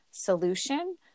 solution